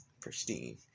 Pristine